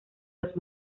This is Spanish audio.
los